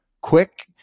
quick